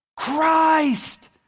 Christ